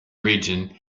region